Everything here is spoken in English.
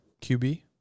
QB